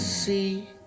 See